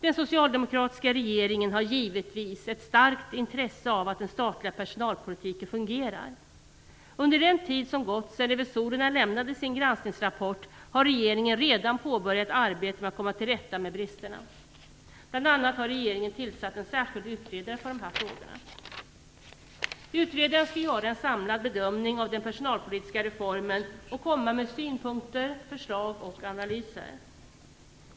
Den socialdemokratiska regeringen har givetvis ett starkt intresse av att den statliga personalpolitiken fungerar. Under den tid som gått sedan revisorerna lämnade sin granskningsrapport har regeringen redan påbörjat ett arbete för att komma till rätta med bristerna. Bl.a. har regeringen tillsatt en särskild utredare för dessa frågor. Utredaren skall göra en samlad bedömning av den personalpolitiska reformen och komma med synpunkter, förslag och analyser.